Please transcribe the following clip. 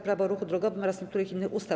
Prawo o ruchu drogowym oraz niektórych innych ustaw.